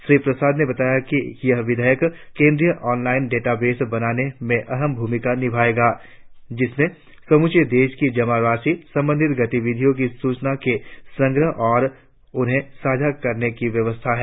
श्री प्रसाद ने बताया कि यह विधेयक केंद्रीय ऑनलाइन डेटाबेस बनाने में अहम भूमिका निभाएगा जिसमें समूचे देश की जमा राशि संबंधी गतिविधियों की सूचना के संग्रह और उन्हें साझा करने की व्यवस्था है